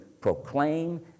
proclaim